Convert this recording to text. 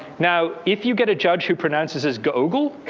now if you get a judge who pronounces us gogel,